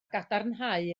gadarnhau